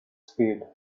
spade